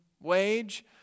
wage